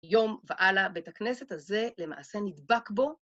יום ועלה בית הכנסת הזה למעשה נדבק בו.